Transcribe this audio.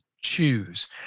choose